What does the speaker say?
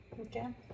okay